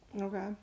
Okay